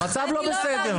המצב לא בסדר.